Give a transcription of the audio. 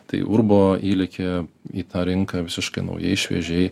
tai urbo įlekia į tą rinką visiškai naujai šviežiai